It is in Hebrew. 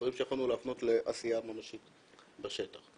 דברים שיכולנו להפנות לעשייה ממשית בשטח,